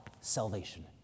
salvation